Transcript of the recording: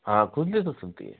हाँ खुदे भी तो सुनती है